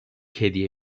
hediye